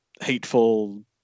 hateful